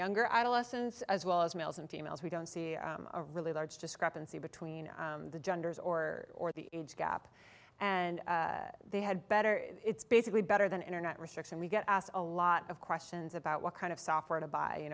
younger i do lessons as well as males and females we don't see a really large discrepancy between the genders or or the age gap and they had better it's basically better than internet research and we get asked a lot of questions about what kind of software to buy you